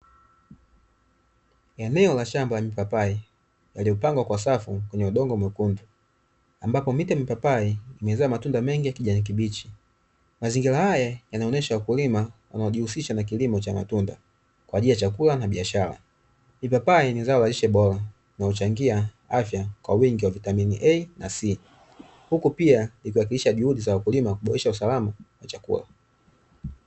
Eneo la shamba ni papai iliyopangwa kwa safu kwenye udongo mweusi. Ambapo miti ya mipapai imetoa matunda mengi ya kijani kibichi. Mazingira haya yanaonyesha wakulima wanajihusisha na kilimo cha matunda kwa ajili ya chakula na biashara. Papai ni zao la lishe bora na huchangia afya kwa wingi wa vitamini A na C. Huku pia ikihakikisha juhudi za wakulima kuboresha usalama wa chakula.